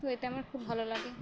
তো এটা আমার খুব ভালো লাগে